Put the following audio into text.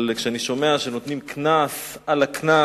אבל כשאני שומע שנותנים קנס על הקנס,